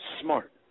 smart